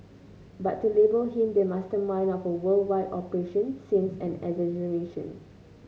but to label him the mastermind of a worldwide operation seems an exaggeration